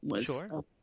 Sure